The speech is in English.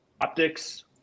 optics